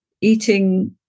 eating